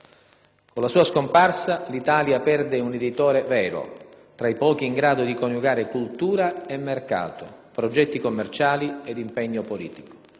Con la sua scomparsa, l'Italia perde un editore vero, tra i pochi in grado di coniugare cultura e mercato, progetti commerciali e impegno politico.